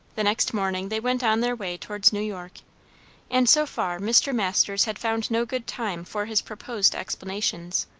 the next morning they went on their way towards new york and so far mr. masters had found no good time for his proposed explanations.